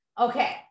Okay